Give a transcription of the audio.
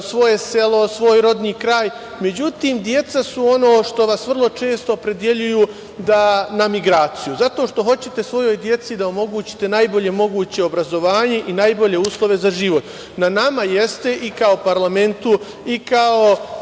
svoje selo, svoj rodni kraj, međutim deca su ono što vas vrlo često opredeljuju na migraciju. Zato što hoćete svojoj deci da omogućite najbolje moguće obrazovanje i najbolje uslove za život. Na nama jeste i kao parlamentu i kao